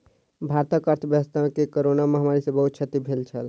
भारतक अर्थव्यवस्था के कोरोना महामारी सॅ बहुत क्षति भेल छल